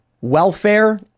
welfare